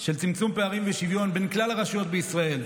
של צמצום פערים ושוויון בין כלל הרשויות בישראל,